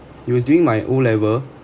it was during my O level